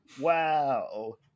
Wow